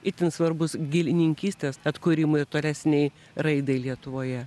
itin svarbus gėlininkystės atkūrimui tolesnei raidai lietuvoje